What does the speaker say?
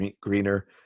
greener